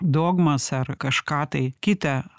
dogmas ar kažką tai kitą